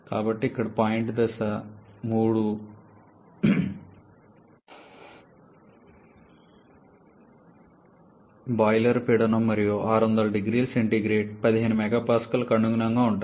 కాబట్టి ఇక్కడ పాయింట్ దశ సంఖ్య 3 బాయిలర్ పీడనం మరియు 600 0C 15 MPa కి అనుగుణంగా ఉంటుంది